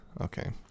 Okay